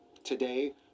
Today